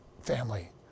family